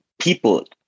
people